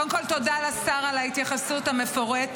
קודם כול תודה לשר על ההתייחסות המפורטת,